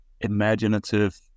imaginative